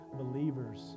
believers